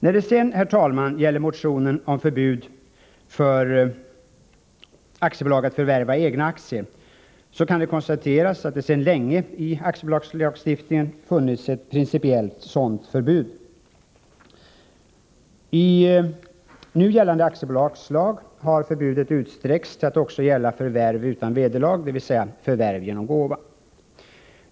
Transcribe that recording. När det sedan, herr talman, gäller motionen om förbud för aktiebolag att förvärva egna aktier kan konstateras att det sedan länge i aktiebolagslagstiftningen finns ett sådant principiellt förbud. I nu gällande aktiebolagslag har förbudet utsträckts till att också gälla förvärv utan vederlag, dvs. förvärv genom gåva.